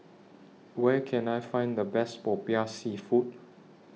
Where Can I Find The Best Popiah Seafood